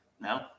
no